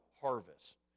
harvest